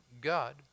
God